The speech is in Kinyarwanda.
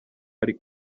ari